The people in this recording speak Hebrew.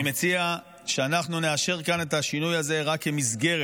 אני מציע שאנחנו נאשר כאן את השינוי הזה רק כמסגרת.